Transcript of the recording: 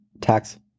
tax